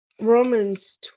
Romans